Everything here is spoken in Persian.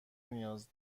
نیاز